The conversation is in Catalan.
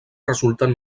resulten